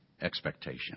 expectation